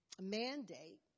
mandate